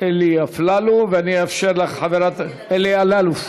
אלי אפללו, סליחה, חבר הכנסת אלי אלאלוף.